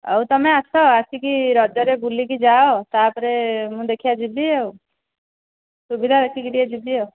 ଆଉ ତୁମେ ଆସ ଆସିକି ରଜରେ ବୁଲିକି ଯାଅ ତା'ପରେ ମୁଁ ଦେଖିବା ଯିବି ଆଉ ସୁବିଧା ଦେଖିକି ଟିକିଏ ଯିବି ଆଉ